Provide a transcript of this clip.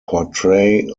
portrait